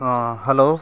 ᱦᱮᱸ ᱦᱮᱞᱳ